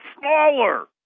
smaller